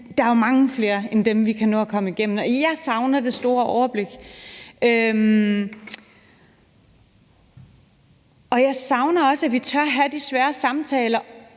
der er jo mange flere end dem, vi kan nå at komme igennem, og jeg savner det store overblik. Jeg savner også, at vi tør have de svære samtaler